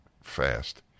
fast